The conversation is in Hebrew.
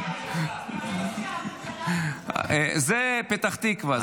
קואליציה --- זה פתח תקווה.